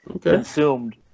consumed